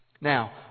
Now